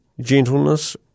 gentleness